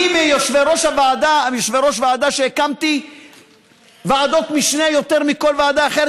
אני מיושבי-ראש הוועדות שהקים ועדות משנה יותר מבכל ועדה אחרת,